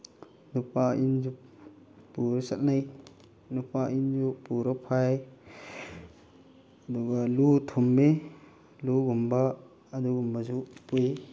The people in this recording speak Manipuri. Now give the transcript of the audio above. ꯅꯨꯄꯥ ꯏꯟꯁꯨ ꯄꯨꯔ ꯆꯠꯅꯩ ꯅꯨꯄꯥ ꯏꯟꯁꯨ ꯄꯨꯔ ꯐꯥꯏ ꯑꯗꯨꯒ ꯂꯨ ꯊꯨꯝꯃꯤ ꯂꯨꯒꯨꯝꯕ ꯑꯗꯨꯒꯨꯝꯕꯁꯨ ꯄꯨꯏ